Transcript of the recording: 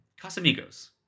Casamigos